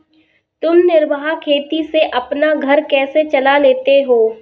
तुम निर्वाह खेती से अपना घर कैसे चला लेते हो?